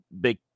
big